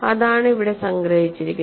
അതാണ് ഇവിടെ സംഗ്രഹിച്ചിരിക്കുന്നത്